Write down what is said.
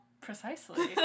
precisely